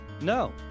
no